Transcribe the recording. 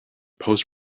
post